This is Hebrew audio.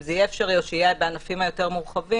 זה יהיה אפשרי או שיהיו את הענפים היותר מורחבים,